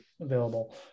available